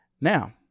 now